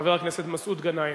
חבר הכנסת מסעוד גנאים.